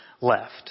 left